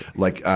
like, ah,